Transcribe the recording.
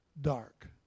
dark